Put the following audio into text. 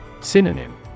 Synonym